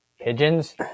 Pigeons